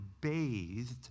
bathed